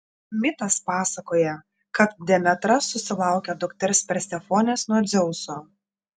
mitas pasakoja kad demetra susilaukia dukters persefonės nuo dzeuso